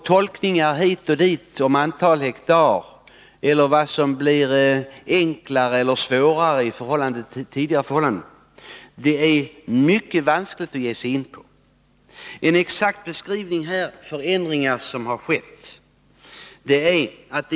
Tolkningar hit och dit om antal hektar och om vad som blir enklare eller svårare i förhållande till tidigare är det mycket vanskligt att ge sig in på. En exakt beskrivning av de förändringar som skett är följande.